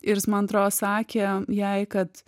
ir jis man atrodo sakė jai kad